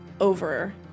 over